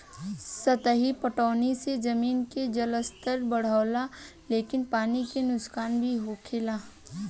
सतही पटौनी से जमीन के जलस्तर बढ़ेला लेकिन पानी के नुकसान भी होखेला